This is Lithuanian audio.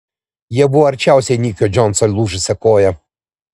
jie buvo arčiausiai nikio džonso lūžusia koja